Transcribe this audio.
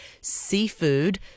seafood